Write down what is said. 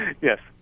Yes